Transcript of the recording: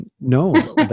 no